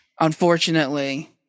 unfortunately-